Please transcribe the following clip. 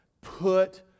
put